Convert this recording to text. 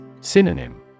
Synonym